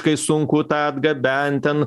kai sunku tą atgabent ten